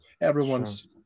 everyone's